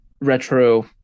retro